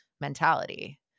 mentality